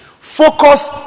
focus